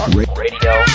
Radio